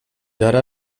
ara